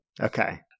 Okay